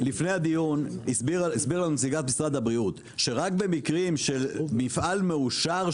לפני הדיון הסבירה נציגת משרד הבריאות שרק במקרים של מפעל מאושר,